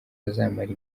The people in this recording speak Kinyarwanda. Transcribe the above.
bazamara